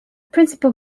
principal